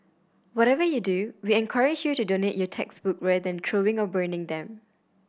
whatever you do we encourage you to donate your textbook rather than throwing or burning them